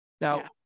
Now